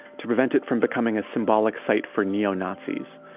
to prevent it from becoming a symbolic site for neo-nazis.